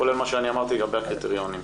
לגבי הקריטריונים.